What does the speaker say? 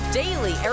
daily